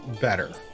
better